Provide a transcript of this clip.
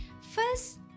First